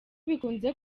bikunze